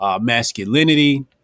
masculinity